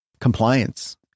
compliance